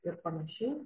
ir panašiai